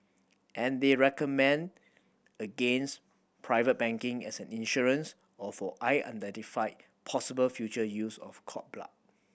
and they recommend against private banking as an insurance or for unidentified possible future use of cord blood